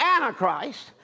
Antichrist